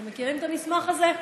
אתם מכירים את המסמך הזה?